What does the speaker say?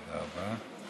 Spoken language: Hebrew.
תודה רבה.